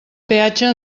peatge